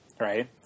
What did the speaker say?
right